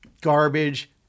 garbage